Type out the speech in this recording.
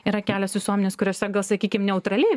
yra kelios visuomenės kuriose gal sakykim neutraliai